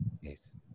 yes